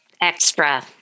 extra